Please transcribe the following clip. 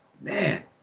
man